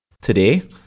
Today